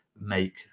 make